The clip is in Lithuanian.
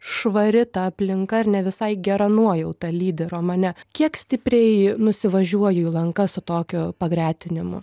švari ta aplinka ir ne visai gera nuojauta lydi romane kiek stipriai nusivažiuoju į lankas o tokiu pagretinimu